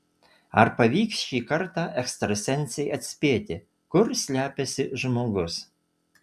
ar pavyks šį kartą ekstrasensei atspėti kur slepiasi žmogus